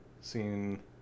seen